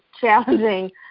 challenging